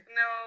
no